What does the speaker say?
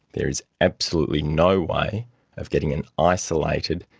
there is absolutely no way of getting an isolated,